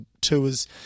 tours